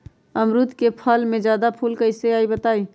अमरुद क फल म जादा फूल कईसे आई बताई?